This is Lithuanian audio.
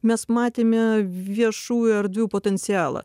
mes matėme viešųjų erdvių potencialą